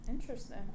Interesting